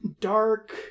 dark